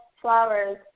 flowers